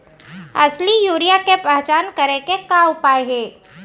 असली यूरिया के पहचान करे के का उपाय हे?